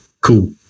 Cool